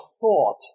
thought